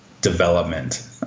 development